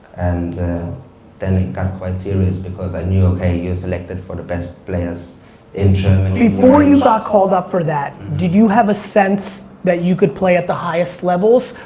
and then it got quite serious because i knew, okay, you're selected for the best players in germany before you got called up for that, did you have a sense that you could play at the highest levels?